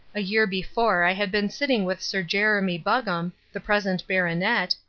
a year before i had been sitting with sir jeremy buggam, the present baronet,